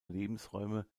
lebensräume